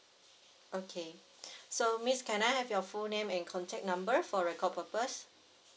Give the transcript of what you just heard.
okay so miss can I have your full name and contact number for record purpose